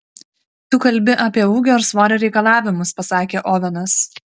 tu kalbi apie ūgio ir svorio reikalavimus pasakė ovenas